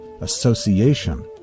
association